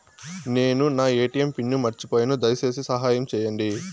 నేను నా ATM pin మర్చిపోయాను, దయచేసి సహాయం చేయండి